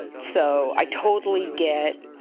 so i totally get